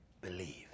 believe